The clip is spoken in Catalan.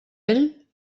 ell